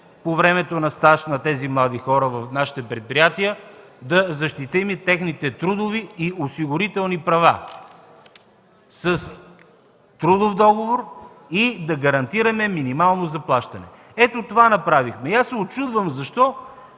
по времето на стажа на младите хора в нашите предприятия техните трудови и осигурителни права с трудов договор и да гарантираме минимално заплащане – това направихме. Учудвам се защо